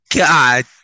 God